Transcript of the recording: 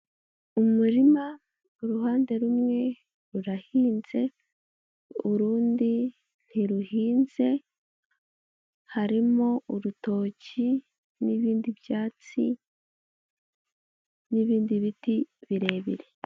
Umurima uruhande rumwe rurahinze, urundi ntiruhinze harimo urutoki n'ibindi byatsi n'ibindi biti birebire.